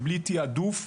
ובלי תעדוף,